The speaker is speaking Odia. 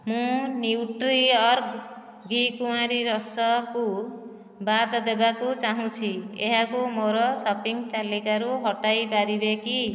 ମୁଁ ନ୍ୟୁଟ୍ରିଅର୍ଗ ଘିକୁୁଆଁରୀ ରସକୁ ବାଦ ଦେବାକୁ ଚାହୁଁଛି ଏହାକୁ ମୋର ସପିଂ ତାଲିକାରୁ ହଟାଇପାରିବେ କି